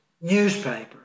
newspaper